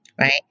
right